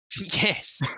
Yes